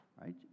right